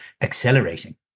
accelerating